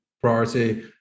priority